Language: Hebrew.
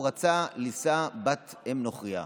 הוא רצה לישא בת אם נוכרייה.